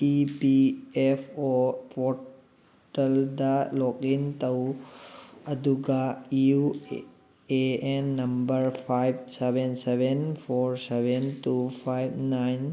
E P F O ꯄꯣꯔꯇꯜꯗ log in ꯇꯧ ꯑꯗꯨꯒ U A N number five seven seven four seven two five nine